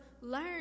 learn